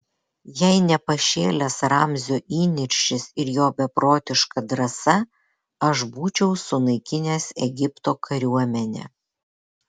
jei ne pašėlęs ramzio įniršis ir jo beprotiška drąsa aš būčiau sunaikinęs egipto kariuomenę